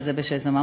וזה מה שנאמר,